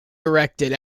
erected